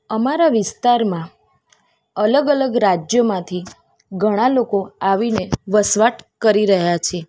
અમારા વિસ્તારમાં અલગ અલગ રાજ્યોમાંથી ઘણા લોકો આવીને વસવાટ કરી રહ્યાં છે